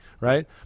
right